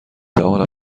توانم